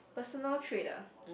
personal trait ah